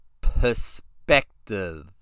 perspective